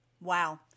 Wow